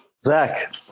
Zach